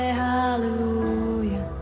hallelujah